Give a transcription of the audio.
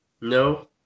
No